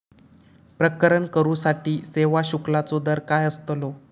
प्रकरण करूसाठी सेवा शुल्काचो दर काय अस्तलो?